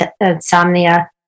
insomnia